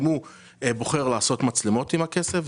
אם הוא בוחר לעשות מצלמות עם הכסף,